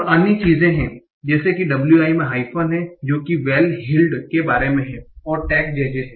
और अन्य चीजें हैं जैसे कि wi में हाइफ़न है जो कि वेल हील्ड के मामले में है और टैग JJ है